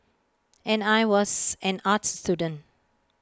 and I was an arts student